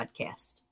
Podcast